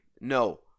No